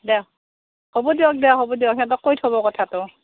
দেয়ক হ'ব দিয়ক দিয়ক হ'ব দিয়ক সিহঁতক কৈ থ'ব কথাটো